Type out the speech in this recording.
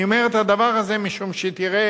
אני אומר את הדבר הזה משום שתראה,